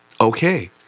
Okay